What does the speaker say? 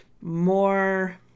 more